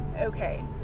okay